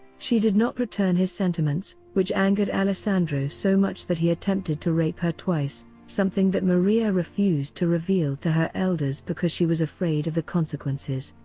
she did not return his sentiments, which angered alessandro so much that he attempted to rape her twice, something that maria refused to reveal to her elders because she was afraid of the consequences.